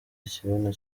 ikibuno